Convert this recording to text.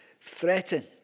threatened